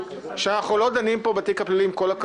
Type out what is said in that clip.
בסוף אנחנו נחליט גם לפי שיקול דעתנו.